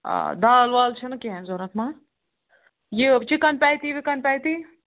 آ دال وال چھَنہٕ کِہیٖنۍ ضوٚرَتھ ما یہِ چِکَن پیتی وِکن پیتی